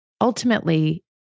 ultimately